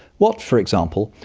what, for example,